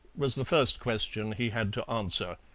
was the first question he had to answer.